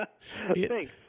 Thanks